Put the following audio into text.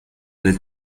del